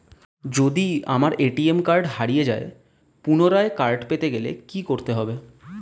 যদি আমার ATM card হারিয়ে যায় পুনরায় কার্ড পেতে গেলে কি করতে হবে?